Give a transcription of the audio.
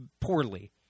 poorly